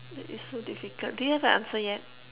that is so difficult do you have an answer yet